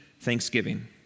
thanksgiving